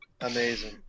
Amazing